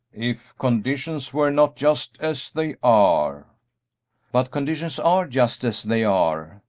if conditions were not just as they are but conditions are just as they are,